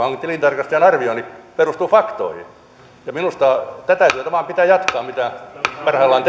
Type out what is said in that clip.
tilintarkastajan arvioni perustuu faktoihin minusta tätä työtä mitä parhaillaan